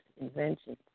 inventions